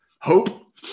hope